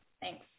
Thanks